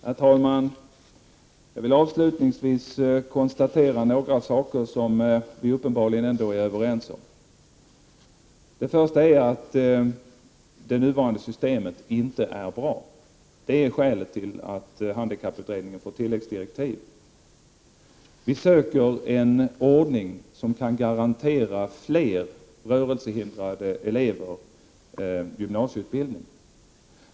Herr talman! Jag vill avslutningsvis konstatera några saker som vi uppenbarligen ändå är överens om. En sak är att det nuvarande systemet inte är bra. Det är skälet till att handikapputredningen fått tilläggsdirektiv. Vi söker en ordning som kan garantera fler rörelsehindrade elever gymnasieutbildning.